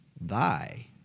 thy